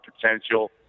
potential